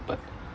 but